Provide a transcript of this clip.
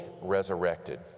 resurrected